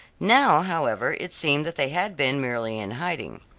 now, however, it seemed that they had been merely in hiding.